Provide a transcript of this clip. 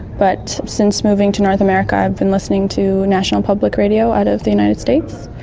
but since moving to north america i've been listening to national public radio out of the united states.